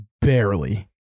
Barely